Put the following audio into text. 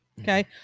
Okay